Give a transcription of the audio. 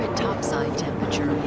topside temperature